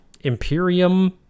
Imperium